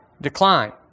decline